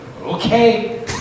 okay